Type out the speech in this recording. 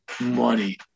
money